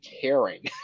caring